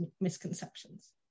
misconceptions